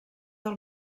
del